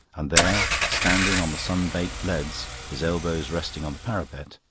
and there, standing on the sun-baked leads, his elbows resting on the parapet,